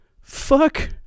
fuck